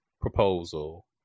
proposal